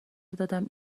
دادم